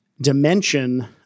dimension